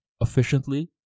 efficiently